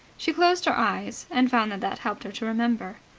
she closed her eyes, and found that that helped her to remember.